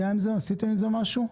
עשיתם עם זה משהו?